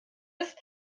ist